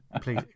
Please